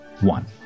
one